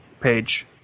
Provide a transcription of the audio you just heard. page